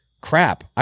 crap